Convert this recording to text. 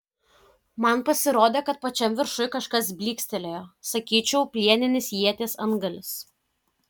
man pasirodė kad pačiam viršuj kažkas blykstelėjo sakyčiau plieninis ieties antgalis